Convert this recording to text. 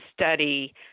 study